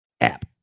app